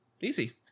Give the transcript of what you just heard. easy